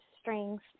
strings